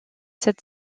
sept